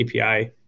api